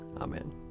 Amen